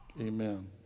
amen